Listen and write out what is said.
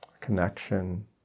connection